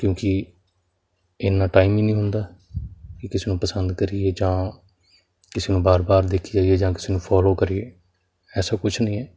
ਕਿਉਂਕਿ ਇੰਨਾ ਟਾਈਮ ਹੀ ਨਹੀਂ ਹੁੰਦਾ ਕਿ ਕਿਸੇ ਨੂੰ ਪਸੰਦ ਕਰੀਏ ਜਾਂ ਕਿਸੇ ਨੂੰ ਵਾਰ ਵਾਰ ਦੇਖੀ ਜਾਈਏ ਜਾਂ ਕਿਸੇ ਨੂੰ ਫੋਲੋ ਕਰੀਏ ਐਸਾ ਕੁਛ ਨਹੀਂ ਹੈ